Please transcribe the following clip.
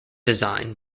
design